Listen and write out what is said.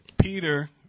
Peter